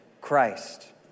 Christ